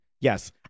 Yes